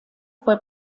fue